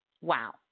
Wow